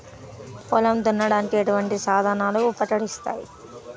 పొలం దున్నడానికి ఎటువంటి సాధనాలు ఉపకరిస్తాయి?